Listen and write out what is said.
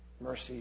mercy